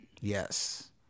Yes